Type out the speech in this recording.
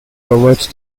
provide